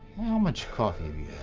how much coffee